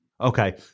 Okay